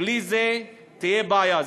בלי זה תהיה בעיה.